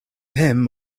him